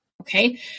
okay